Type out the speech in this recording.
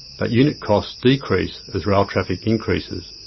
but unit costs decrease as rail traffic increases.